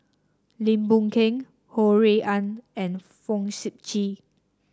Lim Boon Keng Ho Rui An and Fong Sip Chee